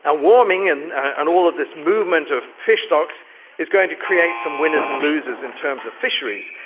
ah warming and and all of this movement of fish stocks is going to create some winners and losers in terms of fisheries,